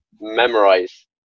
memorize